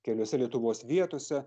keliuose lietuvos vietose